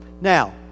Now